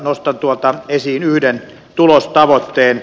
nostan tuolta esiin yhden tulostavoitteen